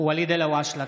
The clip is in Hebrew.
ואליד אלהואשלה,